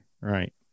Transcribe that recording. right